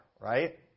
right